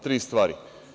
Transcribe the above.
Tri stvari.